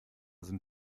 sind